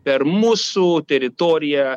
per mūsų teritoriją